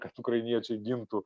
kad ukrainiečiai gintų